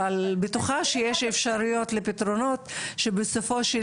אבל אני בטוחה שיש אפשרויות לפתרונות שבסופו של